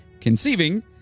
conceiving